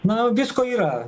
na visko yra